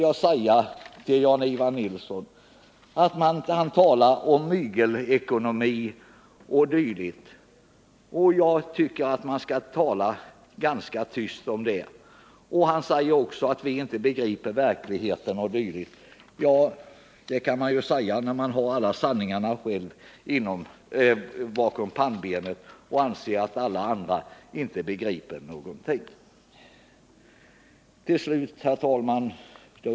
Jan-Ivan Nilsson talar om mygelekonomi o. d., men då vill jag säga att han skall tala ganska tyst om det. Han säger också att vi inte begriper verkligheten. Ja, det kan man ju säga när man anser att man har hela sanningen bakom pannbenet och att ingen annan begriper någonting. Herr talman!